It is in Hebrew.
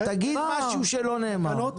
תגיד משהו שלא נאמר.